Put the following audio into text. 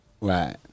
Right